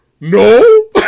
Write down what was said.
No